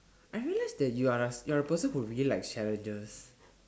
I realised that you're a you're a person who really likes challenges